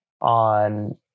on